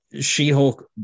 She-Hulk